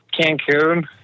Cancun